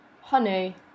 Honey